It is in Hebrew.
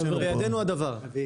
בידינו הדבר.